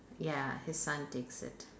ya his son takes it